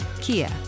Kia